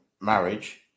marriage